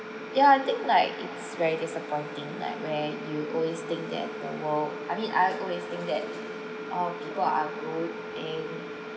ya I think like it's very disappointing like where you always think that the world I mean I'd always think that all people are good and